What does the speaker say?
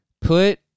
Put